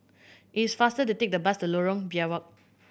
it is faster to take the bus to Lorong Biawak